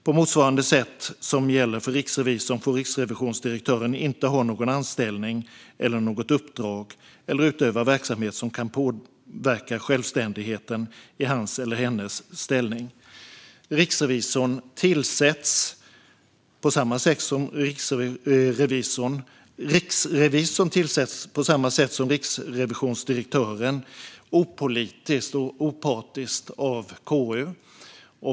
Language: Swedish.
På motsvarande sätt som gäller för riksrevisorn får riksrevisionsdirektören inte ha någon anställning eller något uppdrag eller utöva verksamhet som kan påverka självständigheten i hans eller hennes ställning. Riksrevisorn tillsätts, på samma sätt som riksrevisionsdirektören, opolitiskt och opartiskt av KU.